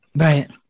Right